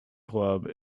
club